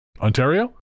Ontario